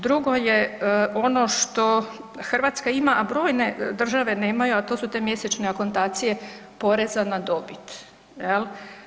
Drugo je ono što Hrvatska ima, a brojne države nemaju, a to su mjesečne akontacije poreza na dobit, je li?